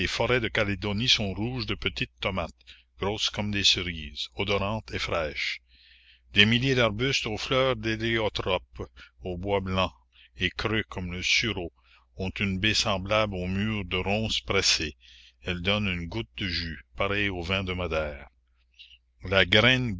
forêts de calédonie sont rouges de petites tomates grosses comme des cerises odorantes et fraîches des milliers d'arbustes aux fleurs d'héliotrope au bois blanc et creux comme le sureau ont une baie semblable aux mûres de ronces pressées elles donnent une goutte de jus pareil au vin de madère la graine